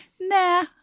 nah